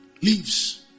leaves